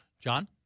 John